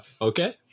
Okay